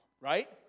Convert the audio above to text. right